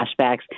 flashbacks